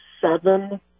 seven